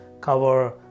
cover